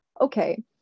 okay